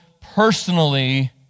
personally